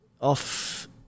off